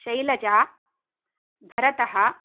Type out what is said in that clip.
शैलजा भरतः